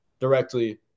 directly